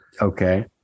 Okay